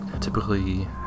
typically